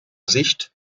sicht